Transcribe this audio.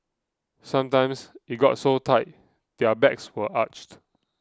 sometimes it got so tight their backs were arched